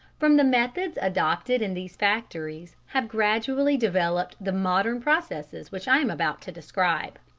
from the methods adopted in these factories have gradually developed the modern processes which i am about to describe.